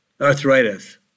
arthritis